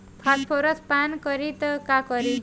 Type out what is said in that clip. Phosphorus पान करी त का करी?